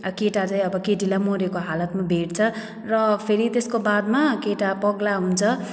केटा चाहिँ अब केटीलाई मरेको हालतमा भेट्छ र फेरि त्यसको बादमा केटा पगला हुन्छ